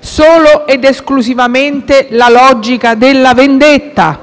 solo ed esclusivamente la logica della vendetta,